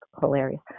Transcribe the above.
hilarious